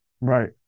Right